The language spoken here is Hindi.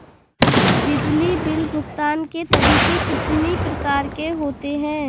बिजली बिल भुगतान के तरीके कितनी प्रकार के होते हैं?